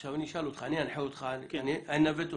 עכשיו אני אשאל אותך, אני אנווט אותך.